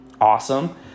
Awesome